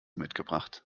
mitgebracht